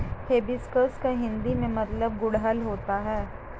hibiscus का हिंदी में मतलब गुड़हल होता है